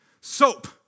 soap